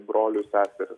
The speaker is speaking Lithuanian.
brolius seseris